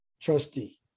trustee